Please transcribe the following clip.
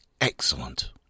excellent